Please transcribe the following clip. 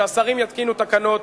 והשרים יתקינו תקנות.